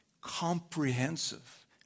Comprehensive